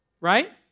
Right